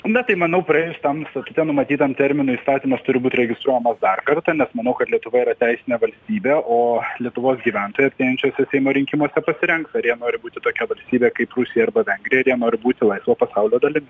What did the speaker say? na tai manau praėjus tam statute numatytam terminui įstatymas turi būt registruojama dar kartą nes manau kad lietuva yra teisinė valstybė o lietuvos gyventojai artėjančiuose seimo rinkimuose pasirengs ar jie nori būti tokia valstybė kaip rusija arba vengrija ar jie nori būti laisvo pasaulio dalimi